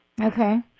Okay